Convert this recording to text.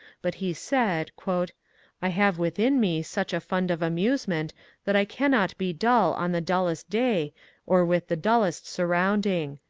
but he said, i have within me such a fund of amusement that i cannot be dull on the dullest day or with the dullest surrounding.